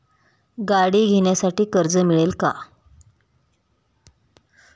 गाडी घेण्यासाठी कर्ज मिळेल का?